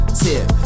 tip